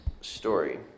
story